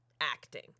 acting